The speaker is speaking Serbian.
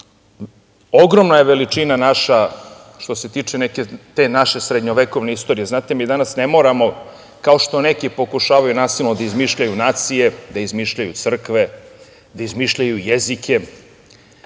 hvala. Ogromna je veličina naša što se tiče te naše neke srednjovekovne istorije. Znate, mi danas ne moramo, kao što neki pokušavaju nasilno da izmišljaju nacije, da izmišljaju crkve, da izmišljaju jezike,